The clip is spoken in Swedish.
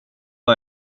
vad